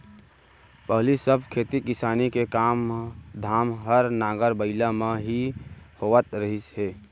पहिली सब खेती किसानी के काम धाम हर नांगर बइला म ही होवत रहिस हे